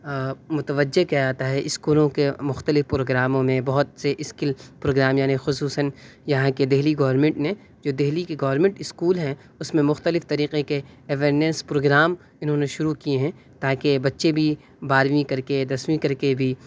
متوجہ کیا جاتا ہے اسکولوں کے مختلف پروگراموں میں بہت سے اسکل پروگرام یعنی خصوصاً یہاں کی دہلی گورمنٹ نے جو دہلی کے گورمنٹ اسکول ہیں اس میں مختلف طریقے کے اویرنیس پروگرام انہوں نے شروع کیے ہیں تاکہ بچے بھی بارہویں کر کے دسویں کر کے بھی